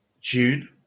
June